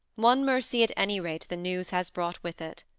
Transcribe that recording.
one mercy, at any rate, the news has brought with it.